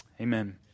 Amen